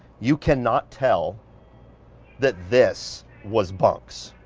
you cannot tell that this was bunks,